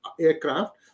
aircraft